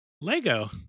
Lego